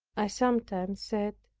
i sometimes said,